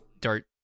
dart